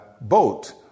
boat